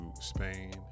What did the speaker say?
Spain